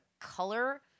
color